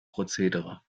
prozedere